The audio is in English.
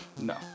no